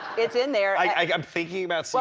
it's in there. i'm thinking about so